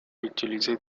utiliser